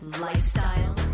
lifestyle